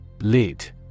LID